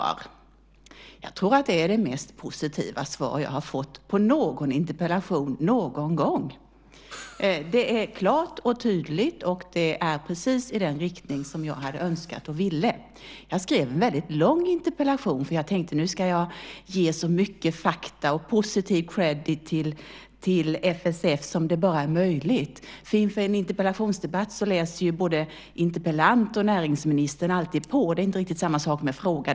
Jag tror att det är det mest positiva svar jag har fått på någon interpellation någon gång. Det är klart och tydligt och det är precis i den riktning som jag hade önskat och ville. Jag skrev en väldigt lång interpellation för jag tänkte att nu ska jag ge så mycket fakta och positiv credit till FSF som det bara är möjligt. Inför en interpellationsdebatt läser ju både interpellanten och näringsministern alltid på. Det är inte riktigt samma sak med en fråga.